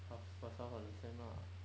half first half of the sem lah